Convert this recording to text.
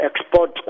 export